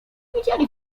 widzieli